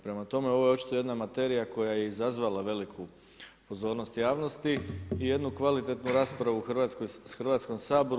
Prema tome, ovo je očito jedna materija koja je izazvala veliku pozornost javnosti i jednu kvalitetnu raspravu u Hrvatskom saboru.